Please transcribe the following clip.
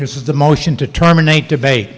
this is the motion to terminate debate